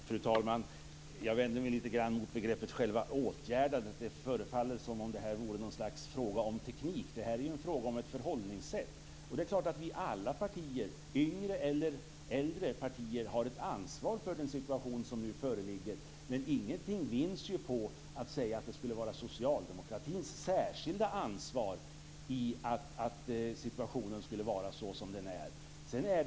Fru talman! Jag vänder mig lite grann mot begreppet åtgärda. Det förefaller som om det vore ett slags fråga om teknik. Det här är en fråga om ett förhållningssätt. Alla partier - yngre eller äldre partier - har ett ansvar för den situation som nu föreligger. Men ingenting vinns på att säga att det skulle vara socialdemokratins särskilda ansvar att situationen är som den är.